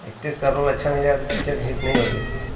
actress का role अच्छा नहीं रहा तो पिच्चर हिट नहीं होती थी